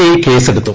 I കേസെടുത്തു